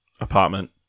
Apartment